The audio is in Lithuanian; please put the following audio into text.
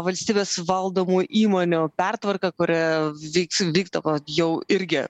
valstybės valdomų įmonių pertvarka kuri vyks vykdo jau irgi